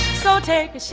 so take.